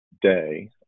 day